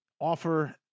offer